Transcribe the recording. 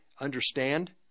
understand